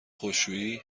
خشکشویی